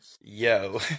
yo